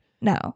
No